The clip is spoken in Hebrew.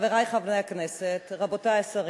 חברי חברי הכנסת, רבותי השרים,